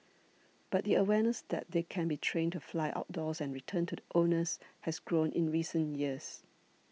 but the awareness that they can be trained to fly outdoors and return to the owners has grown in recent years